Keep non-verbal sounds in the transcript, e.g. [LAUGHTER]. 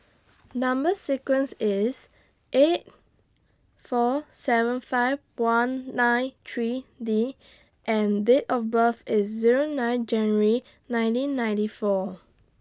[NOISE] Number sequence IS eight four seven five one nine three D and Date of birth IS Zero nine January nineteen ninety four